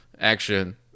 action